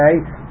okay